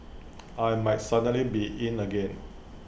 I might suddenly be 'in' again